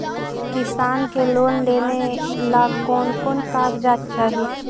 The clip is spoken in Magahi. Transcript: किसान के लोन लेने ला कोन कोन कागजात चाही?